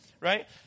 right